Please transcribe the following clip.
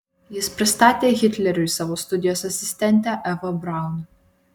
jis pristatė hitleriui savo studijos asistentę evą braun